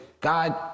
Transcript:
God